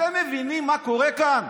אתם מבינים מה קורה כאן?